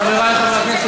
חברי חברי הכנסת,